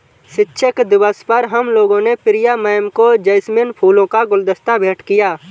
शिक्षक दिवस पर हम लोगों ने प्रिया मैम को जैस्मिन फूलों का गुलदस्ता भेंट किया